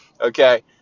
Okay